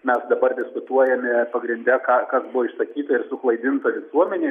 mes dabar diskutuojame pagrinde ką kas buvo išsakyta ir suklaidinta visuomenė